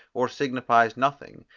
or signifies nothing,